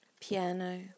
Piano